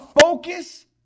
focus